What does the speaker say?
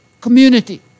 Community